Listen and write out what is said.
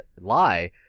lie